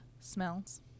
Smells